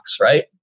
right